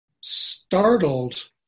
startled